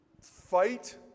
fight